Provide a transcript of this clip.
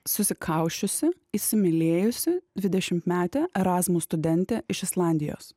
susikausčiusi įsimylėjusi dvidešimtmetė erasmus studentė iš islandijos